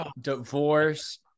divorce